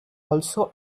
also